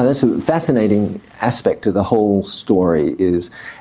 ah that's a fascinating aspect to the whole story,